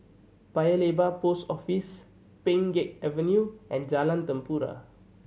Paya Lebar Post Office Pheng Geck Avenue and Jalan Tempua